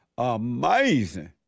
Amazing